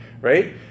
right